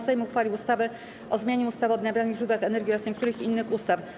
Sejm uchwalił ustawę o zmianie ustawy o odnawialnych źródłach energii oraz niektórych innych ustaw.